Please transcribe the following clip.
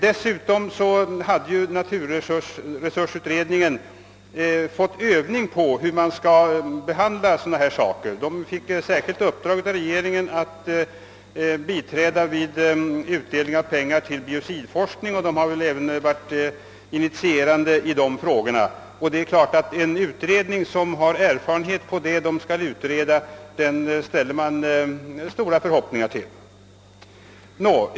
Dessutom hade naturresursutredningen fått övning på hur man skall behandla sådana här frågor. Den fick särskilt uppdrag av regeringen att biträda vid utdelning av pengar till biocidforskning, och utredningen har även tagit initiativ i dessa frågor. En utredning som har erfarenhet av de frågor som den skall utreda ställer man naturligtvis stora förhoppningar på.